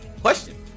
question